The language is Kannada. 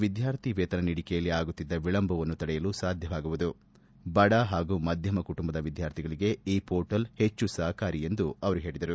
ವಿದ್ಯಾರ್ಥಿ ವೇತನ ನೀಡಿಕೆಯಲ್ಲಿ ಆಗುತ್ತಿದ್ದ ವಿಳಂಬವನ್ನು ತಡೆಯಲು ಸಾಧ್ಯವಾಗುವುದು ಬಡ ಹಾಗೂ ಮಧ್ಯಮ ಕುಟುಂಬದ ವಿದ್ವಾರ್ಥಿಗಳಿಗೆ ಈ ಪೋರ್ಟಲ್ ಹೆಚ್ಚು ಸಪಾಯಕ ಎಂದು ಹೇಳಿದರು